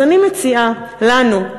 אז אני מציעה לנו,